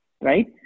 right